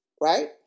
Right